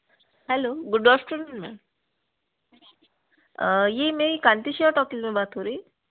hello good afternoon ma'am यह मेरी Kanti sure talkies में बात हो रही है